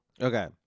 Okay